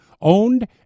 owned